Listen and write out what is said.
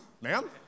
ma'am